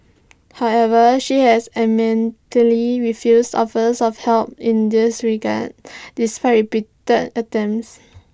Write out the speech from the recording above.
however she has adamantly refused offers of help in this regard despite repeated attempts